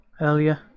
earlier